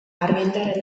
argindar